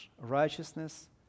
righteousness